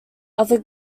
other